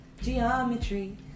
geometry